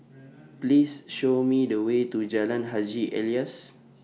Please Show Me The Way to Jalan Haji Alias